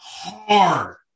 Hard